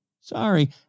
Sorry